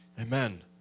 Amen